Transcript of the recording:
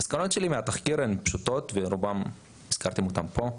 באשר למסקנות של התחקיר, שגם הצגתם אותן פה.